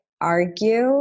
argue